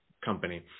company